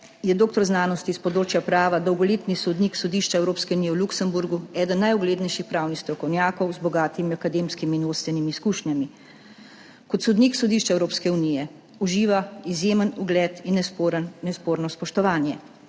Je doktor znanosti s področja prava, dolgoletni sodnik Sodišča Evropske unije v Luksemburgu, eden najuglednejših pravnih strokovnjakov z bogatimi akademskimi in vodstvenimi izkušnjami. Kot sodnik Sodišča Evropske unije uživa izjemen ugled in nesporno spoštovanje,